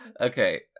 Okay